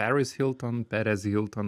paris hilton perez hilton